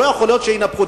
לא יכול להיות שינפחו.